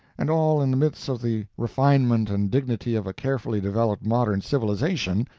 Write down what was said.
and all in the midst of the refinement and dignity of a carefully-developed modern civilisation,